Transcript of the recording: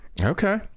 okay